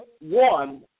one